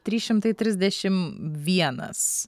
trys šimtai trisdešim vienas